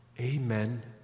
Amen